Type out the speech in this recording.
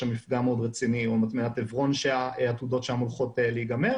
שם מפגע מאוד רציני או מטמנת עברון שהעתודות שם הולכות להיגמר